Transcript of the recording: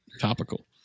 Topical